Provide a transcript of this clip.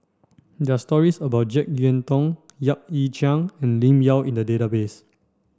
there are stories about Jek Yeun Thong Yap Ee Chian and Lim Yau in the database